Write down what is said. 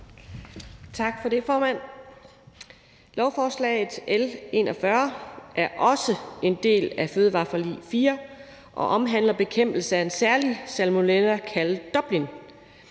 Tak for det, formand. Lovforslag L 41 er også en del af fødevareforlig 4 og omhandler bekæmpelse af en særlig salmonella kaldet